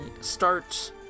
start